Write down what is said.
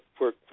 work